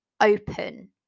open